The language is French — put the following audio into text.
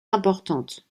importantes